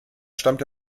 stammt